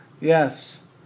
Yes